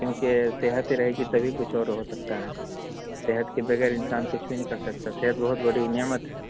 کیونکہ صحت رہے گی تبھی کچھ اور ہو سکتا ہے صحت کے بغیر انسان کچھ بھی نہیں کر سکتا صحت بہت بڑی نعمت ہے